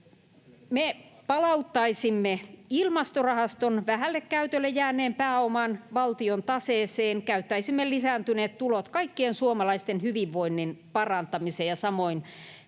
Me palauttaisimme Ilmastorahaston vähälle käytölle jääneen pääoman valtion taseeseen. Käyttäisimme lisääntyneet tulot kaikkien suomalaisten hyvinvoinnin parantamiseen ja samoin vähentäisimme